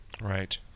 Right